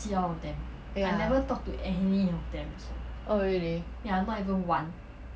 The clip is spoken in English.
ya oh really